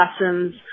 lessons